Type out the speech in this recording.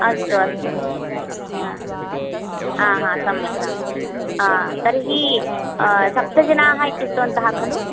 अस्तु अस्तु हा हा हा सम्यक् सम्यक् तर्हि सप्तजनाः इत्युक्तवन्तः कलु